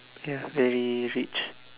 ya very rich